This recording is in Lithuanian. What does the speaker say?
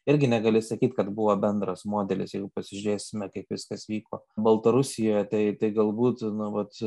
irgi negali sakyt kad buvo bendras modelis jeigu pasižiūrėsime kaip viskas vyko baltarusijoje tai tai galbūt nu vat